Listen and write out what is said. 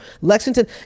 Lexington